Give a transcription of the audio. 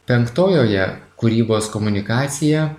penktojoje kūrybos komunikacija